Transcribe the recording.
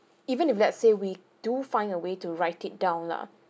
even if let's say we do find a way to write it down lah